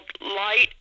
Light